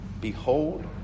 behold